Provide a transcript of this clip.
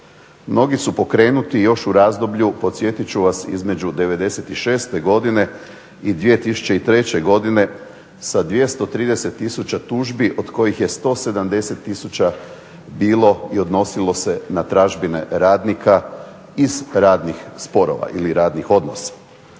Mnogi su pokrenuti još u razdoblju podsjetit ću vas između '96. godine i 2003. godine sa 230000 tužbi od kojih je 170000 bilo i odnosilo se na tražbine radnika iz radnih sporova ili radnih odnosa.